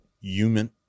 Human